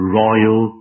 royal